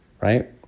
right